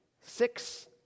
six